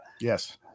Yes